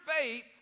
faith